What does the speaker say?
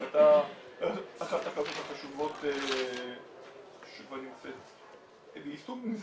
החלטה אחת החשובות שכבר נמצאת ביישום,